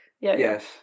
Yes